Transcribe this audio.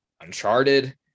Uncharted